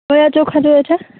ક્યાં ચોખા જોઈએ છે